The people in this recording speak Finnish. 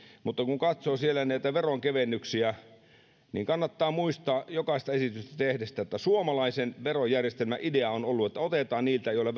mutta kun katsoo siellä näitä veronkevennyksiä niin kannattaa muistaa jokaista esitystä tehdessä että suomalaisen verojärjestelmän idea on ollut että otetaan niiltä joilla